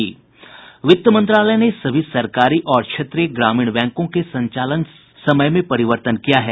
वित्त मंत्रालय ने सभी सरकारी और क्षेत्रीय ग्रामीण बैंकों के संचालन समय में परिवर्तन किया है